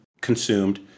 consumed